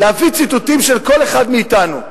להביא ציטוטים של כל אחד מאתנו.